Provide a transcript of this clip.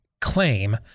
claim